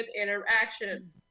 interaction